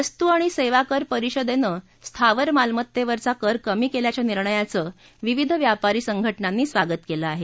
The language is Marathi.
वस्तू आणि सेवा कर परिषदेनं स्थावर मालमत्तेवरचा कर कमी केल्याच्या निर्णयाचं विविध व्यापारी संघटनांनी स्वागत केलं आहे